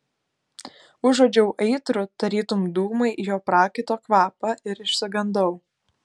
užuodžiau aitrų tarytum dūmai jo prakaito kvapą ir išsigandau